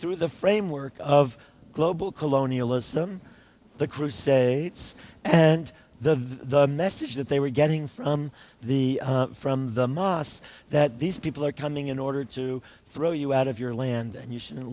through the framework of global colonialism the crusades and the message that they were getting from the from the mosques that these people are coming in order to throw you out of your land and you shouldn't